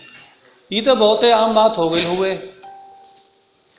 ई त बहुते आम बात हो गइल हउवे